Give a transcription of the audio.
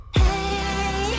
hey